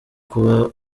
kuba